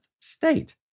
state